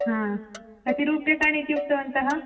हा कति रूप्यकाणि इति उक्तवन्तः